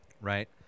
right